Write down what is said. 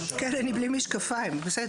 מיכל גולד, בבקשה.